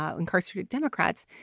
ah incarcerated democrats.